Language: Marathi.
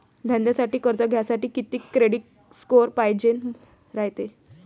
धंद्यासाठी कर्ज घ्यासाठी कितीक क्रेडिट स्कोर पायजेन रायते?